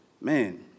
man